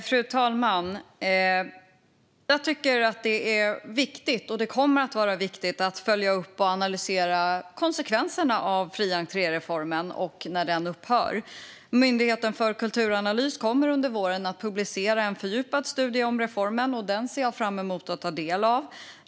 Fru talman! Det är viktigt att följa upp och analysera konsekvenserna av fri entré-reformen och av att den upphör. Myndigheten för kulturanalys kommer under våren att publicera en fördjupad studie om reformen, och den ser jag fram emot att ta del av.